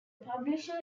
publisher